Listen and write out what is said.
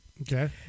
Okay